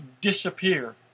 disappear